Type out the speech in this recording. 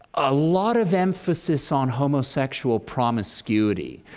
a lot of emphasis on homosexual promiscuity.